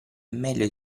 meglio